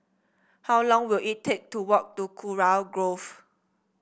how long will it take to walk to Kurau Grove